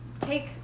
take